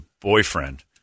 boyfriend